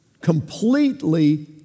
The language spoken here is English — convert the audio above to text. completely